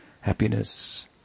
happiness